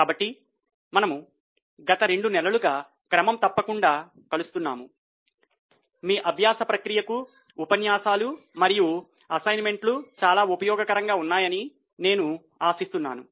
కాబట్టి మనము గత 2 నెలలుగా క్రమం తప్పకుండా కలుస్తున్నాము మీ అభ్యాస ప్రక్రియకు ఉపన్యాసాలు మరియు అసైన్మెంట్లు చాలా ఉపయోగకరంగా ఉన్నాయని నేను ఆశిస్తున్నాను